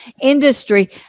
industry